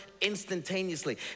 instantaneously